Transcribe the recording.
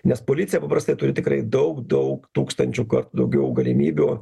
nes policija paprastai turi tikrai daug daug tūkstančių kartų daugiau galimybių